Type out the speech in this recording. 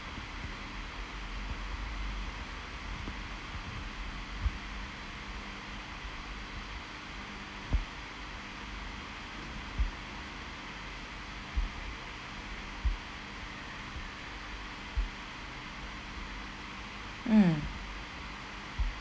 mm